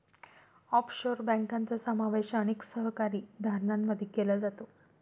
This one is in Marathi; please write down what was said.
ऑफशोअर बँकांचा समावेश अनेक सरकारी धोरणांमध्ये केला जातो